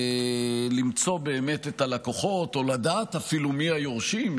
למצוא באמת את הלקוחות או לדעת אפילו מי היורשים,